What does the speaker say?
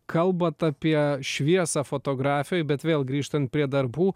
kalbat apie šviesą fotografijoj bet vėl grįžtant prie darbų